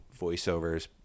voiceovers